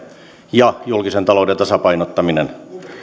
ja julkisen talouden tasapainottaminen